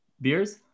beers